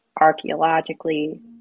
archaeologically